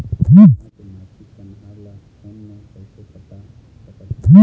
बीमा के मासिक कन्हार ला फ़ोन मे कइसे पता सकत ह?